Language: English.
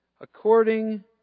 according